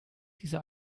diese